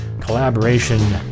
collaboration